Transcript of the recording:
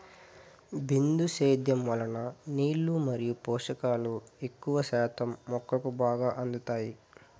బిందు సేద్యం వలన నీళ్ళు మరియు పోషకాలు ఎక్కువ శాతం మొక్కకు బాగా అందుతాయి